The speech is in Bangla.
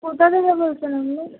কোথা থেকে বলছেন আপনি